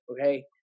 okay